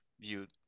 viewed